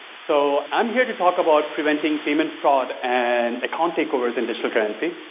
so i'm here to talk about preventing payment fraud and account take overs in digital currency.